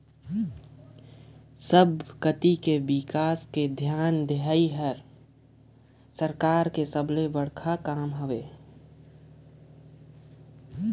सब डाहर कर बिकास बर धियान देहई हर सरकार कर सबले सबले बड़खा काम हवे